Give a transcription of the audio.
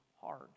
hard